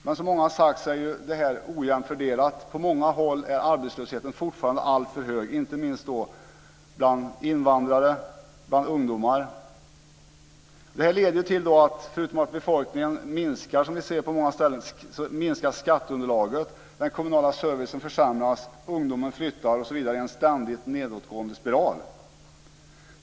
Men som många har sagt är det här ojämnt fördelat. På många håll är arbetslösheten fortfarande alltför hög, inte minst bland invandrare och ungdomar. Förutom att befolkningen minskar, som vi ser på många ställen, leder det här till att skatteunderlaget minskar, att den kommunala servicen försämras, att ungdomar flyttar, osv. i en ständigt nedåtgående spiral.